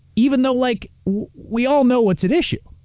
even though like we all know what's at issue.